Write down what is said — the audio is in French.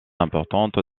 importante